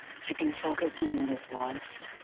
you can focus on what is lost.